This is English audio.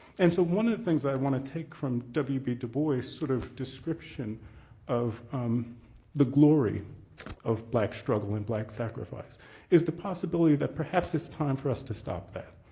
and so one of the things i want to take from wb dubois sort of description of the glory of black struggle and black sacrifice is the possibility that perhaps it's time for us to stop that.